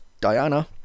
Diana